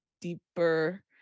deeper